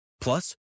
plus